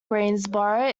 greensboro